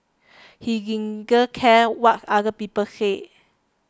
he care what other people said